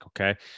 Okay